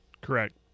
Correct